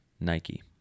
Nike